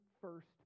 first